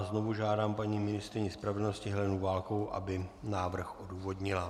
Znovu žádám paní ministryni spravedlnosti Helenu Válkovou, aby návrh odůvodnila.